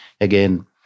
again